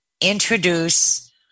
introduce